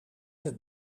het